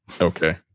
okay